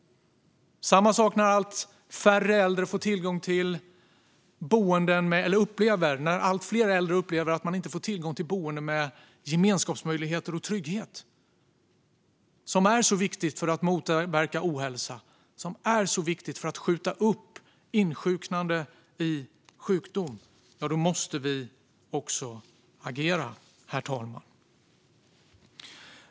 Samma sak gäller även när allt fler äldre upplever att de inte får tillgång till boenden med gemenskapsmöjligheter och trygghet, vilket är mycket viktigt för att motverka ohälsa och för att skjuta upp insjuknande i sjukdom. Då måste vi agera, herr talman.